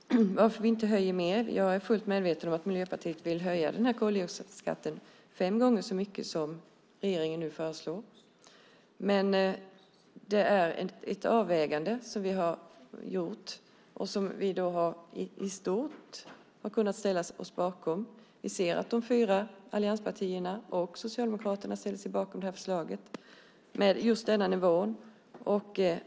Fru talman! Varför höjer vi inte mer? Jag är fullt medveten om att Miljöpartiet vill höja koldioxidskatten fem gånger så mycket som regeringen nu föreslår. Men det är ett avvägande som vi har gjort och som vi i stort har kunnat ställa oss bakom. Vi ser att de fyra allianspartierna och Socialdemokraterna ställer sig bakom förslaget med just denna nivå.